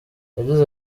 yagize